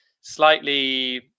slightly